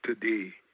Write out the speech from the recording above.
today